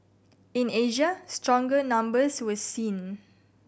in Asia stronger numbers were seen